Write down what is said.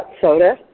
soda